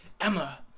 Emma